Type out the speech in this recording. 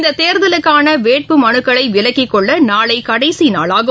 இந்ததேர்தலுக்கானவேட்புமனுக்களைவிலக்கிக்கொள்ளநாளைகடைசிநாளாகும்